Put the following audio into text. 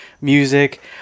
music